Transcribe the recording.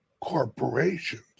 corporations